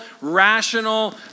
rational